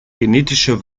genetische